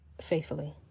faithfully